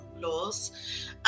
laws